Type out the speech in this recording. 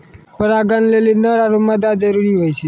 परागण लेलि नर आरु मादा जरूरी होय छै